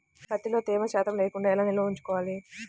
ప్రత్తిలో తేమ శాతం లేకుండా ఎలా నిల్వ ఉంచుకోవాలి?